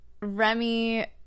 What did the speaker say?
Remy